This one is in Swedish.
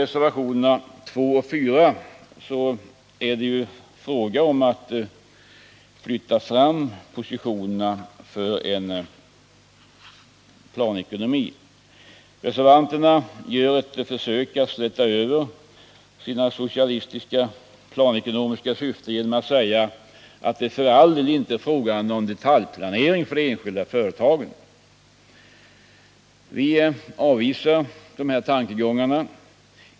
Reservationerna 2 och 4 innebär att man vill flytta fram positionerna för en planekonomi. Reservanterna gör ett försök att släta över sina socialistiska planekonomiska syften genom att säga att det för all del inte är fråga om någon detaljplanering för de enskilda företagen. Vi avvisar dessa tankegångar.